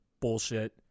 bullshit